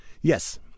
Yes